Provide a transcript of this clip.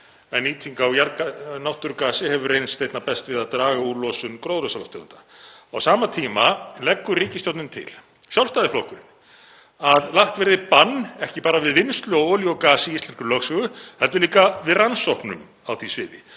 Nýting á náttúrugasi hefur reynst einna best við að draga úr losun gróðurhúsalofttegunda. Á sama tíma leggur ríkisstjórnin til, Sjálfstæðisflokkurinn, að lagt verði bann ekki bara við vinnslu á olíu og gasi í íslenskri lögsögu heldur líka við rannsóknum á því sviði;